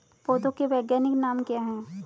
पौधों के वैज्ञानिक नाम क्या हैं?